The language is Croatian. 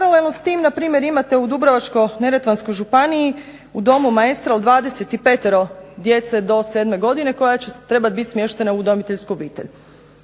Paralelno s tim npr. imate u Dubrovačko-neretvanskoj županiji, u domu Maestral 25 djece do 7. godine, koja će trebati biti smještena u udomiteljsku obitelj.